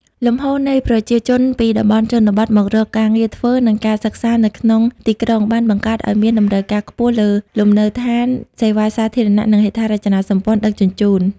លំហូរនៃប្រជាជនពីតំបន់ជនបទមករកការងារធ្វើ និងការសិក្សានៅក្នុងទីក្រុង បានបង្កើតឱ្យមានតម្រូវការខ្ពស់លើលំនៅឋាន សេវាសាធារណៈ និងហេដ្ឋារចនាសម្ព័ន្ធដឹកជញ្ជូន។